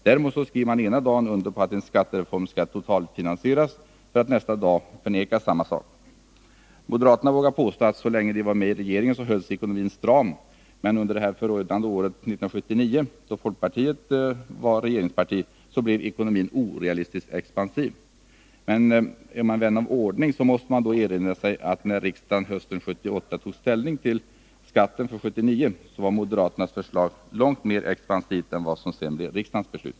Däremot skriver man ena dagen under på att en skattereform skall totalfinansieras, för att nästa dag förneka samma sak. Moderaterna vågar påstå att så länge de var med i regeringen hölls ekonomin stram men under det förödande året 1979, då folkpartiet var regeringsparti, blev ekonomin orealistiskt expansiv. Vän av ordning måste då få erinra om att när riksdagen hösten 1978 tog ställning till skatten 1979 var moderaternas förslag långt mer expansivt än vad som sedan blev riksdagens beslut.